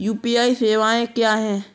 UPI सवायें क्या हैं?